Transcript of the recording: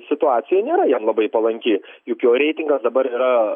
situacija nėra jam labai palanki juk jo reitingas dabar yra